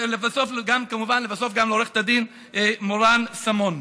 ולבסוף גם, כמובן, לעורכת הדין מורן סמון.